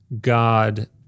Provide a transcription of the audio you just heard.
God